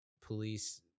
police